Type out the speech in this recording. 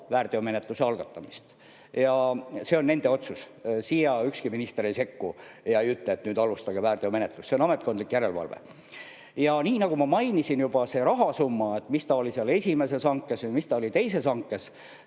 väärteomenetluse algatamist. See on nende otsus. Siia ükski minister ei sekku ega ütle, et nüüd alustage väärteomenetlust, see on ametkondlik järelevalve. Ja nii nagu ma mainisin juba, selle rahasumma kohta, mis oli seal esimeses hankes või mis oli teises hankes,